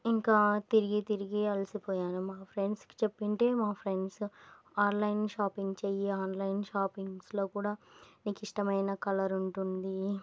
ఇంకా తిరిగి తిరిగి అలిసిపోయాను మా ఫ్రెండ్స్కి చెప్తే మా ఫ్రెండ్స్ ఆన్లైన్ షాపింగ్ చెయ్యు ఆన్లైన్ షాపింగ్స్లో కూడా నీకు ఇష్టమైన కలర్ ఉంటుంది